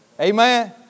Amen